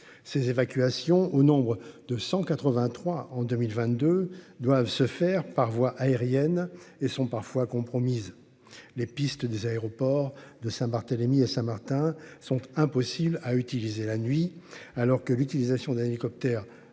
Ces évacuations au nombre de 183 en 2022, doivent se faire par voie aérienne et sont parfois compromise. Les pistes des aéroports de Saint-Barthélemy et Saint-Martin sont impossibles à utiliser la nuit alors que l'utilisation d'hélicoptères